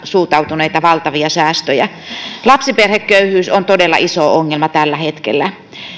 suuntautuneita valtavia säästöjä lapsiperheköyhyys on todella iso ongelma tällä hetkellä